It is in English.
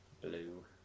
Blue